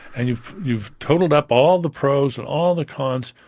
and you've you've totalled up all the pros and all the cons.